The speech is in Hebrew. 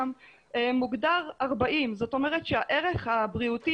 בעולם מוגדר 40. זאת אומרת שהערך הבריאותי